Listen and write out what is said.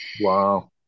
Wow